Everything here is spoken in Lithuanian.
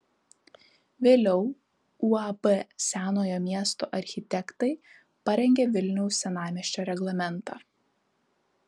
vėliau uab senojo miesto architektai parengė vilniaus senamiesčio reglamentą